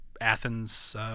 Athens